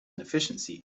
inefficiency